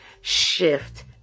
Shift